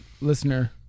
listener